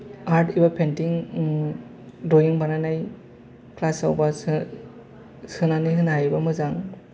art एबा painting drawing बानायनाय class लाबासो सोनानै होनो हायोबा मोजां